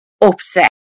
upset